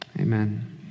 Amen